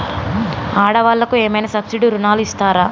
ఆడ వాళ్ళకు ఏమైనా సబ్సిడీ రుణాలు ఇస్తారా?